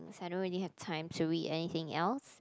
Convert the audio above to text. I don't really have time to read anything else